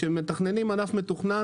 כשמתכננים ענף מתוכנן,